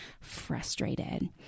frustrated